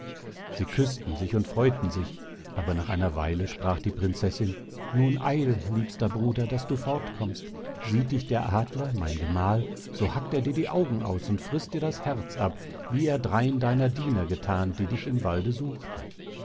sie küßten sich und freuten sich aber nach einer weile sprach die prinzessin nun eil liebster bruder daß du fort kommst sieht dich der adler mein gemahl so hackt er dir die augen aus und frißt dir das herz ab wie er dreien deiner diener gethan die dich im walde suchten